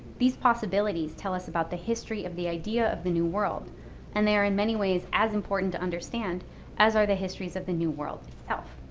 these possibilities tell us about the history of the idea of the new world and they are in many ways as important to understand as are the histories of the new world.